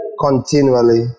continually